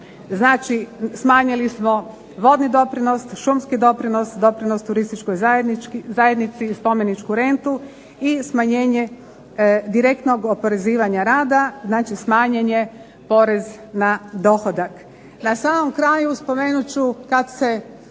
Znači, smanjili smo vodni doprinos, šumski doprinos, doprinos turističkoj zajednici i spomeničku rentu, i smanjenje direktnog oporezivanja rada. Znači, smanjen je porez na dohodak. Na samom kraju spomenut ću kad se